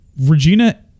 regina